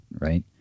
right